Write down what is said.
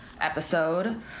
episode